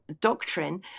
doctrine